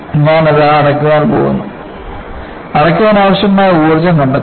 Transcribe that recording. ഞാൻ അത് അടയ്ക്കാൻ പോകുന്നു അടയ്ക്കാൻ ആവശ്യമായ ഊർജ്ജം കണ്ടെത്തുക